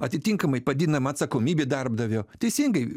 atitinkamai padidinama atsakomybė darbdavio teisingai